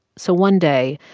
so one day,